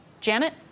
Janet